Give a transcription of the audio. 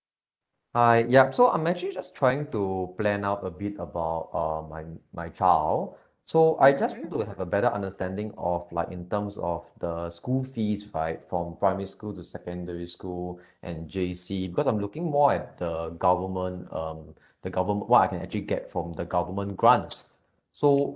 hi yup so I'm actually just trying to plan out a bit about uh my my child so I just need to have a better understanding of like in terms of the school fees right from primary school to secondary school and J_C because I'm looking more at the government um the government what I can actually get from the government grants so